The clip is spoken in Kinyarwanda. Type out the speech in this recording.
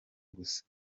gusa